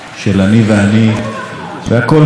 והכול כל כך נפלא.